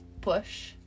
push